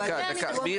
דקה, דקה.